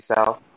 South